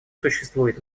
существует